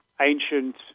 ancient